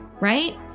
right